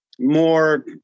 more